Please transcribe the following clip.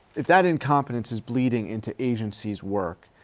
if that incompetence is bleeding into agencies' work,